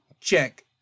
Check